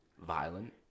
violent